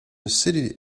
city